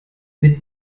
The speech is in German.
mit